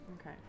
Okay